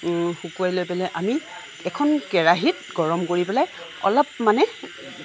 শুকোৱাই লৈ পেলাই আমি এখন কেৰাহীত গৰম কৰি পেলাই অলপ মানে